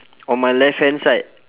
on my left hand side